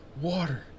water